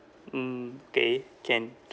mm kay can